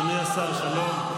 אדוני השר, שלום.